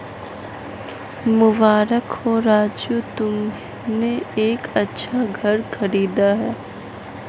मुबारक हो राजू तुमने एक अच्छा घर खरीदा है